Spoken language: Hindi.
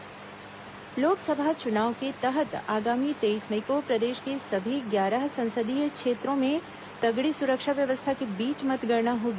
मतगणना प्रशिक्षण लोकसभा चुनाव के तहत आगामी तेईस मई को प्रदेश के सभी ग्यारह संसदीय क्षेत्रों में तगड़ी सुरक्षा व्यवस्था के बीच मतगणना होगी